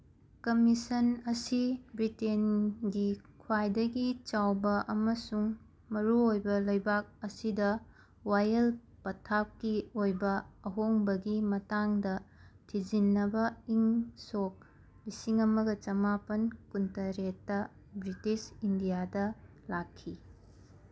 commission ꯑꯁꯤ ꯕ꯭ꯔꯤꯇꯦꯟꯒꯤ ꯈ꯭ꯋꯥꯏꯗꯒꯤ ꯆꯥꯎꯕ ꯑꯃꯁꯨꯡ ꯃꯔꯨꯑꯣꯏꯕ ꯂꯩꯕꯥꯛ ꯑꯁꯤꯗ ꯋꯥꯌꯦꯜ ꯄꯊꯥꯞꯀꯤ ꯑꯣꯏꯕ ꯑꯍꯣꯡꯕꯒꯤ ꯃꯇꯥꯡꯗ ꯊꯤꯖꯤꯟꯅꯕ ꯏꯪ ꯁꯣꯛ ꯂꯤꯁꯤꯡ ꯑꯃꯒ ꯆꯃꯥꯄꯟ ꯀꯨꯟꯇꯔꯦꯠꯇ ꯕ꯭ꯔꯤꯇꯤꯁ ꯏꯟꯗꯤꯌꯥꯗ ꯂꯥꯛꯈꯤ